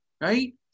right